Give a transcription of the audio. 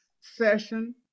session